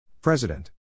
President